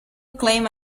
claim